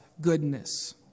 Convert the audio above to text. goodness